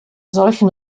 solchen